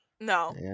No